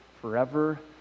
forever